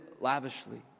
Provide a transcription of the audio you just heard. lavishly